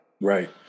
Right